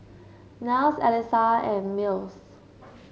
Niles Elissa and Mills